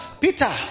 Peter